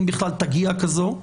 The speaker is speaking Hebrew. אם בכלל תגיע כזו,